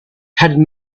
had